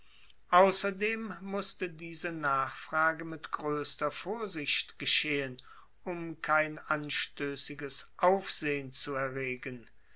außerdem mußte diese nachfrage mit größter vorsicht geschehen um kein anstößiges aufsehen zu erregen